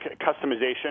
customization